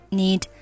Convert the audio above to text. need